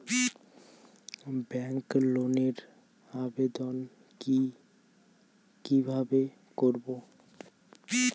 Bank লোনের আবেদন কি কিভাবে করব?